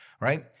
right